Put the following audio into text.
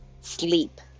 sleep